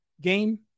game